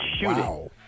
shooting